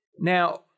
Now